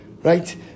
Right